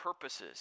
purposes